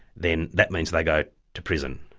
then that means they go to prison.